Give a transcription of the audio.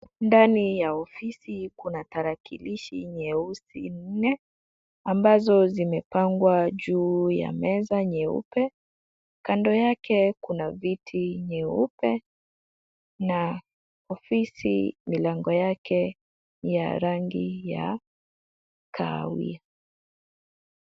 Ndani ya ofisi kuna tarakilishi nyeusi nne, ambazo zimepangwa juu ya meza nyeupe. Kando yake kuna viti nyeupe na ofisi milango yake ni ya rangi ya kahawia.